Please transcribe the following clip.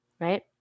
Right